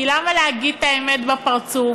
כי למה להגיד את האמת בפרצוף?